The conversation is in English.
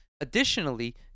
Additionally